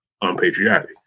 unpatriotic